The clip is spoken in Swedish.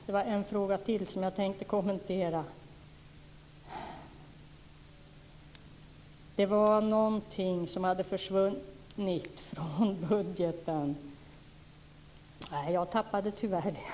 Det var en fråga till som jag tänkte kommentera, någonting som hade försvunnit från budgeten. Tyvärr tappade jag det.